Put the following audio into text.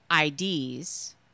IDs